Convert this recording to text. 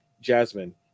Jasmine